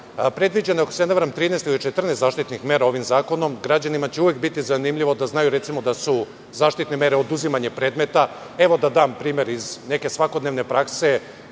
predviđeno je 13 ili 14 zaštitnih mera ovim zakonom i građanima će uvek biti zanimljivo da znaju da su zaštitne mere oduzimanja predmeta. Evo da dam primer iz neke svakodnevne prakse.